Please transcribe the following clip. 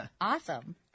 Awesome